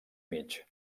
mig